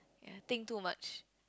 ya think too much